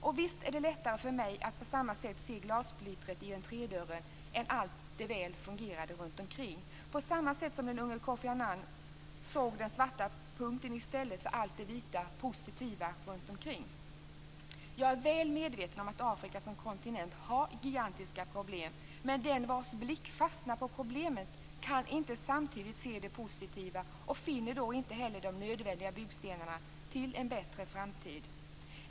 Och visst är det lättare för mig att se glassplittret i entrédörren än allt det väl fungerande runt omkring, på samma sätt som den unge Koffi Annan såg den svarta punkten i stället för allt det vita, positiva runt omkring. Jag är väl medveten om att Afrika som kontinent har gigantiska problem. Men den vars blick fastnar på problemen kan inte samtidigt se det positiva, och finner då inte heller de nödvändiga byggstenarna till en bättre framtid.